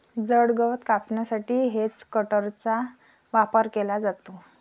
जड गवत कापण्यासाठी हेजकटरचा वापर केला जातो